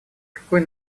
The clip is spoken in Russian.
какой